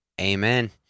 Amen